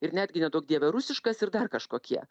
ir netgi neduok dieve rusiškas ir dar kažkokie